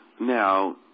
Now